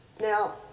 Now